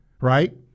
right